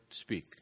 speak